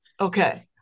Okay